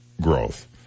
growth